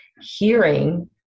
hearing